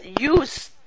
use